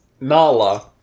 Nala